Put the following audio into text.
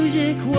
Music